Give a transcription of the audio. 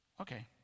Okay